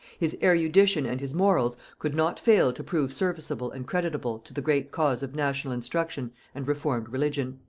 his erudition and his morals could not fail to prove serviceable and creditable to the great cause of national instruction and reformed religion.